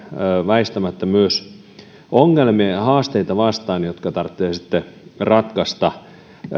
väistämättä myös vastaan ongelmia ja haasteita jotka tarvitsee sitten ratkaista